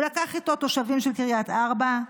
הוא לקח איתו תושבים של קריית ארבע,